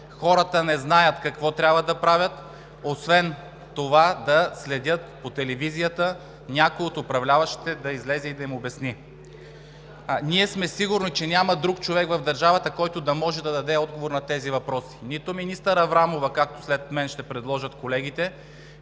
Хората не знаят какво трябва да правят освен да следят по телевизията – някой от управляващите да излезе и да им обясни. Ние сме сигурни, че няма друг човек в държавата, който да може да даде отговор на тези въпроси – нито министър Аврамова, както след мен ще предложат колегите,